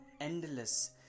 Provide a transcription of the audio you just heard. endless